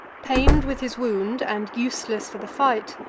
pain'd with his wound, and useless for the fight,